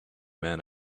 men